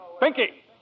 Pinky